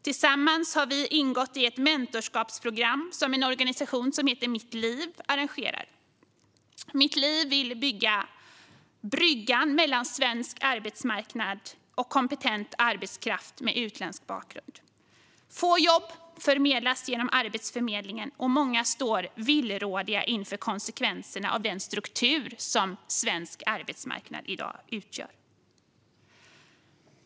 Tillsammans har vi ingått i ett mentorskapsprogram som en organisation som heter Mitt Liv arrangerar. Mitt Liv vill bygga bryggan mellan svensk arbetsmarknad och kompetent arbetskraft med utländsk bakgrund. Få jobb förmedlas genom Arbetsförmedlingen, och många står villrådiga inför konsekvenserna av den struktur som svensk arbetsmarknad i dag utgör.